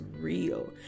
real